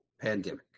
pandemic